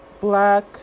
black